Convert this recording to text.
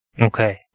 Okay